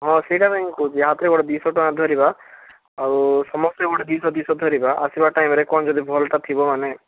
ହଁ ସେଇଟା ପାଇଁ ମୁଁ କହୁଛି ହାତରେ ଗୋଟେ ଦୁଇଶହ ଟଙ୍କା ଧରିବା ଆଉ ସମସ୍ତେ ଗୋଟେ ଦୁଇଶହ ଦୁଇଶହ ଧରିବା ଆସିବା ଟାଇମ୍ରେ କ'ଣ ଯଦି ଭଲଟା ଥିବ ମାନେ